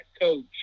coach